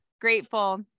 grateful